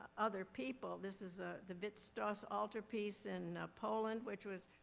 other people. this is a the bouts das altarpiece in poland, which was,